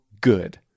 good